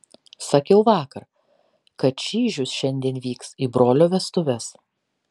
sakiau vakar kad čyžius šiandien vyks į brolio vestuves